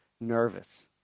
nervous